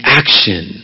action